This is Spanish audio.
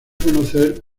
conocer